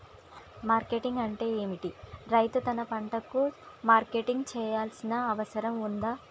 Marketing అంటే ఏమిటి? రైతు తన పంటలకు మార్కెటింగ్ చేయాల్సిన అవసరం ఉందా?